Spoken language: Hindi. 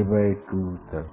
a2 तक